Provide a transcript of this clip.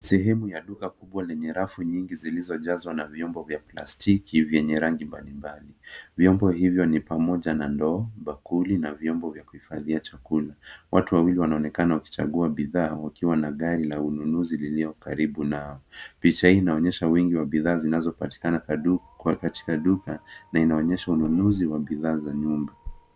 Sehemu ya duka kubwa lenye rafu nyingi zilizojazwa na vyombo vya plastiki vyenye rangi mbalimbali. Vyombo hivyo ni pamoja na ndoo, bakuli na vyombo vya kuhifadhia chakula. Watu wawili wanaonekana wakichagua bidhaa wakiwa na gari la ununuzi liliyo karibu nao. Picha hii inaonyesha wingi wa bidhaa zinazopatikana katika duka na inaonyesha ununuzi wa bidhaa za nyumba.